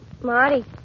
Marty